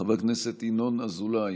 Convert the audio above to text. חבר הכנסת ינון אזולאי,